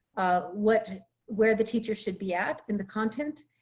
what where the teacher should be at in the content.